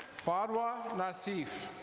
fadwa naseef.